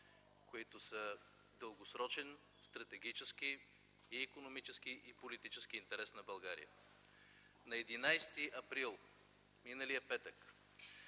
които са дългосрочен стратегически, икономически и политически интерес на България. На 11 юни – миналия петък,